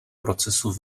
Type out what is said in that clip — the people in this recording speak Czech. procesu